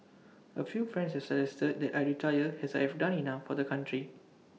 A few friends have suggested that I retire as I have done enough for the country